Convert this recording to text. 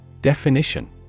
Definition